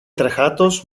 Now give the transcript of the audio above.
τρεχάτος